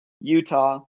Utah